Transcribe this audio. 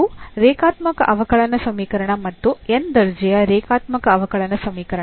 ಇದು ರೇಖಾತ್ಮಕ ಅವಕಲನ ಸಮೀಕರಣ ಮತ್ತು n ನೇ ದರ್ಜೆಯ ರೇಖಾತ್ಮಕ ಅವಕಲನ ಸಮೀಕರಣ